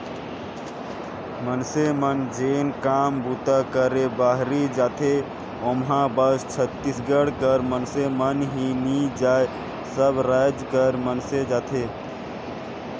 मइनसे मन जेन काम बूता करे बाहिरे जाथें ओम्हां बस छत्तीसगढ़ कर मइनसे मन ही नी जाएं सब राएज कर मन जाथें